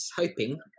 hoping